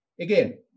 Again